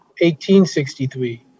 1863